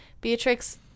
Beatrix